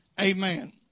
Amen